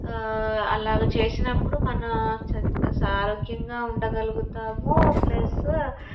అలా చేసినప్పుడు మన చర్ ఆరోగ్యంగా ఉండగలుగుతాము ప్లస్సు